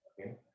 okay